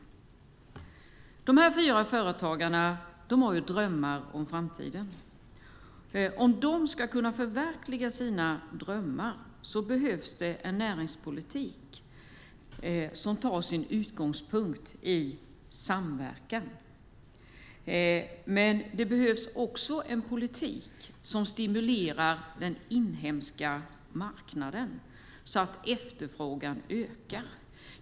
Dessa fyra företagare har drömmar om framtiden. Om de ska kunna förverkliga sina drömmar behövs det en näringspolitik som tar sin utgångspunkt i samverkan. Men det behövs också en politik som stimulerar den inhemska marknaden så att efterfrågan ökar.